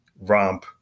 romp